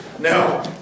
No